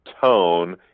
tone